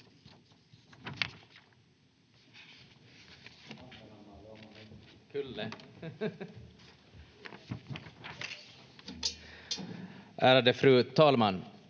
Ärade fru talman!